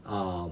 um